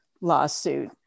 lawsuit